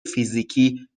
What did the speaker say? فیزیکی